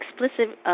explicit